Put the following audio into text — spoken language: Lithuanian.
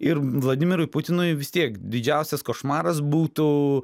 ir vladimirui putinui vis tiek didžiausias košmaras būtų